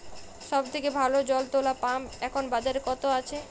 সব থেকে ভালো জল তোলা পাম্প এখন বাজারে কত আছে?